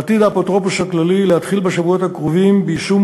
עתיד האפוטרופוס הכללי להתחיל בשבועות הקרובים ביישום